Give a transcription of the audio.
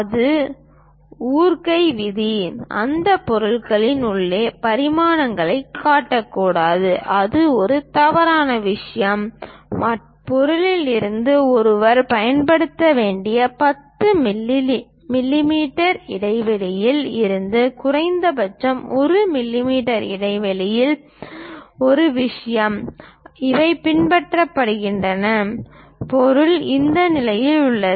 அது உடைக்கும் விதி அந்த பொருளின் உள்ளே பரிமாணங்களைக் காட்டக்கூடாது அது ஒரு தவறான விஷயம் மற்றும் ஒரு பொருளில் இருந்து ஒருவர் பயன்படுத்த வேண்டிய 10 மில்லிமீட்டர் இடைவெளியில் இருந்து குறைந்தபட்ச 1 மில்லிமீட்டர் இடைவெளி இந்த விஷயத்தில் இவை பின்பற்றப்படுகின்றன பொருள் இந்த நிலையில் உள்ளது